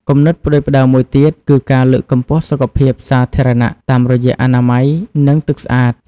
គំនិតផ្តួចផ្តើមមួយទៀតគឺការលើកកម្ពស់សុខភាពសាធារណៈតាមរយៈអនាម័យនិងទឹកស្អាត។